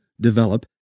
develop